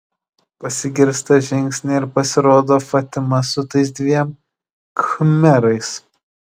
pasigirsta žingsniai ir pasirodo fatima su tais dviem khmerais